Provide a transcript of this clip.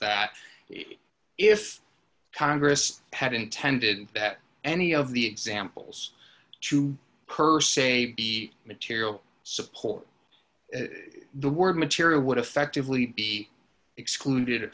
that if congress had intended that any of the examples to her say the material support the word material would effectively be excluded